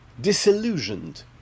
disillusioned